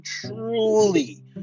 truly